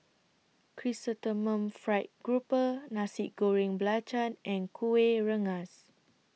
Chrysanthemum Fried Grouper Nasi Goreng Belacan and Kueh Rengas